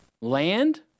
Land